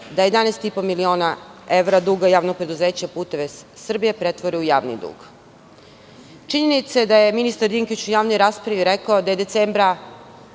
da 11,5 evra javnog duga preduzeća "Putevi Srbije" pretvori u javni dug. Činjenica je da je ministar Dinkić u javnoj raspravi rekao da je decembra